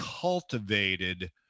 cultivated